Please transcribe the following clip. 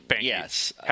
Yes